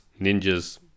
ninjas